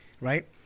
right